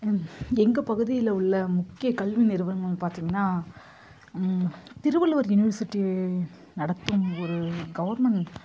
ம் எங்கள் பகுதியில் உள்ள முக்கிய கல்வி நிறுவனம் பார்த்தீங்கன்னா திருவள்ளுவர் யுனிவர்சிட்டி நடத்தும் ஒரு கவர்மெண்ட்